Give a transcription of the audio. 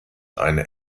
eine